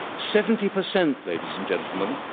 seventy percent, ladies and gentlemen,